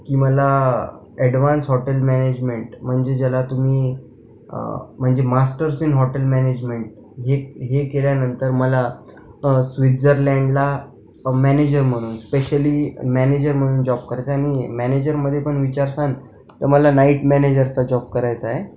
की मला advance hotel management म्हणजे ज्याला तुम्ही म्हणजे मास्टर्स इन हॉटेल मॅनेजमेंट हे हे केल्यानंतर मला स्विझरलँडला मॅनेजर म्हणून स्पेशली मॅनेजर म्हणून जॉब करायचा आहे आणि मॅनेजरमध्ये पण विचारशान तर मला नाईट मॅनेजरचा जॉब करायचा आहे